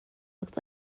looked